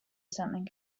something